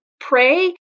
pray